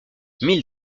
mille